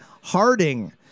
Harding